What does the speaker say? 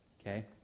okay